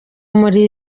muri